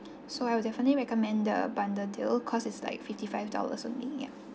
so I would definitely recommend the bundle deal cause it's like fifty five dollars only yup